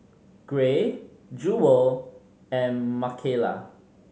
Gray Jewel and Makayla